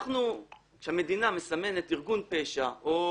המדינה מסמנת ארגון פשע או